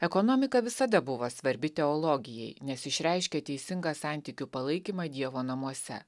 ekonomika visada buvo svarbi teologijai nes išreiškia teisingą santykių palaikymą dievo namuose